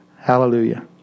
Hallelujah